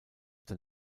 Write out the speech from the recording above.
der